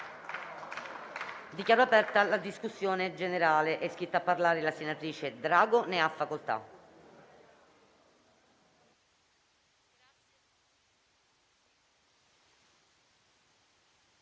Dichiaro aperta la discussione generale. È iscritta a parlare la senatrice Drago. Ne ha facoltà.